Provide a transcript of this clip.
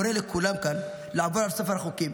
אני קורא לכולם כאן לעבור על ספר החוקים,